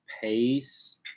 Pace –